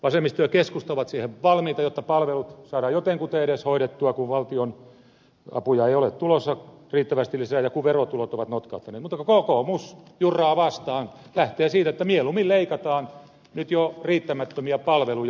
vasemmisto ja keskusta ovat siihen valmiita jotta palvelut saadaan edes jotenkuten hoidettua kun valtionapuja ei ole tulossa riittävästi lisää ja kun verotulot ovat notkahtaneet mutta kokoomus jurraa vastaan lähtee siitä että mieluummin leikataan nyt jo riittämättömiä palveluja